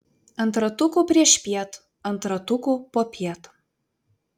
ant ratukų priešpiet ant ratukų popiet